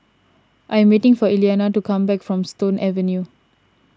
I am waiting for Elianna to come back from Stone Avenue